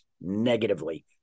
negatively